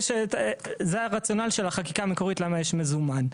זה הרציונל של החקיקה המקורית, על למה יש מזומן.